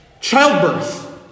childbirth